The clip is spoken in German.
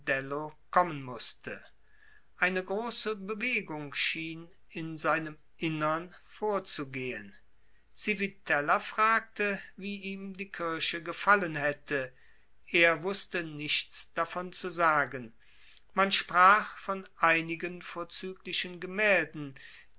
kommen mußte eine große bewegung schien in seinem innern vorzugehen civitella fragte wie ihm die kirche gefallen hätte er wußte nichts davon zu sagen man sprach von einigen vorzüglichen gemälden